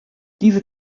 diese